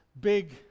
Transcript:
big